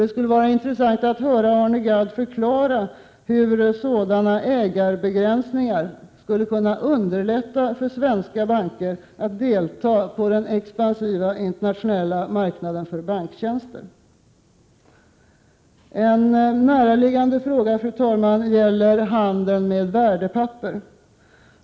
Det skulle var intressant att höra Arne Gadd förklara hur sådana ägarbegränsningar skulle kunna underlätta för svenska banker att delta på den expansiva internationella marknaden för banktjänster. En näraliggande fråga, fru talman, gäller handeln med värdepapper.